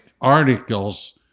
articles